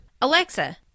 Alexa